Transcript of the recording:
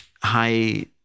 high